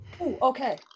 okay